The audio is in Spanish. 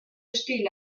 hostil